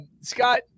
Scott